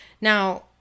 Now